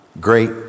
great